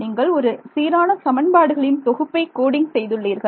நீங்கள் ஒரு சீரான சமன்பாடுகளின் தொகுப்பை கோடிங் செய்துள்ளீர்கள்